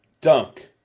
Dunk